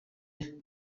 nathan